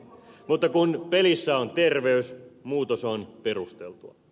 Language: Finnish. mutta kun pelissä on terveys muutos on perusteltua